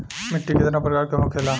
मिट्टी कितना प्रकार के होखेला?